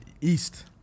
East